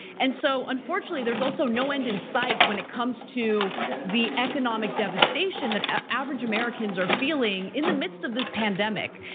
and so unfortunately, there's also no end in sight when it comes to the economic devastation that average americans are feeling in the midst of this pandemic.